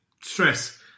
stress